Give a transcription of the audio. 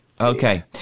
Okay